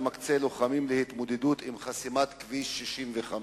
מקצה לוחמים להתמודדות עם חסימת כביש 65,